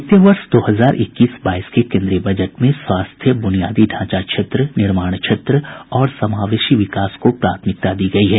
वित्तीय वर्ष दो हजार इक्कीस बाईस के कोन्द्रीय बजट में स्वास्थ्य बुनियादी ढांचा क्षेत्र निर्माण क्षेत्र और समावेशी विकास को प्राथमिकता दी गयी है